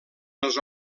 les